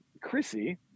Chrissy